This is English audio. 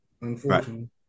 Unfortunately